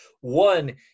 One